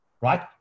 right